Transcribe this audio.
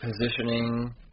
positioning